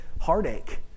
Heartache